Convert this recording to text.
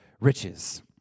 riches